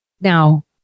Now